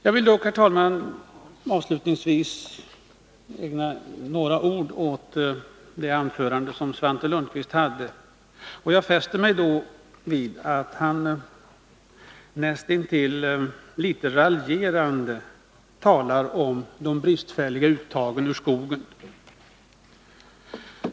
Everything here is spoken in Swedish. Jag vill dock, herr talman, avslutningsvis ägna några ord åt Svante Lundkvists anföranden. Jag fäster mig vid att han näst intill raljerande talar om de bristfälliga uttagen ur skogen.